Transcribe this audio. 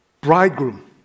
bridegroom